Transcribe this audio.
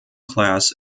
class